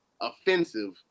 offensive